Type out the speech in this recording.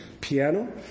piano